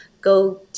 go